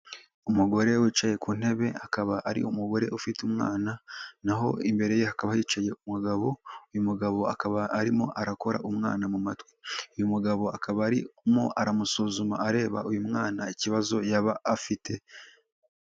Umugore wicaye ku ntebe akaba ari umugore ufite umwana naho imbereye hakaba hicaye umugabo, uyu mugabo akaba arimo arakora umwana mu matwi. Uyu mugabo akaba arimo aramusuzuma areba uyu mwana ikibazo yaba afite.